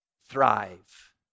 thrive